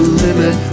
limit